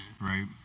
right